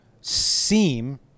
seem